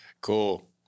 cool